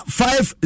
five